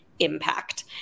impact